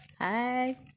Hi